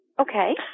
Okay